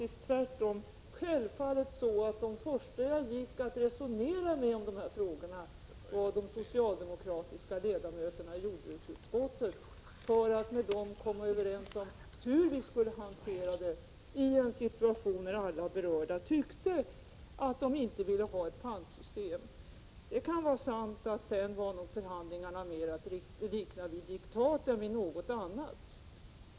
Självfallet var de socialdemokratiska ledamöterna i jordbruksutskottet de första som jag gick och resonerade med om dessa frågor för att med dem komma överens om hur vi skulle hantera detta i en situation där alla berörda motsatte sig ett pantsystem. Det kan vara sant att förhandlingarna sedan mera kan liknas vid diktat än vid något annat.